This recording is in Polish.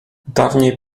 dawniej